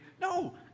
No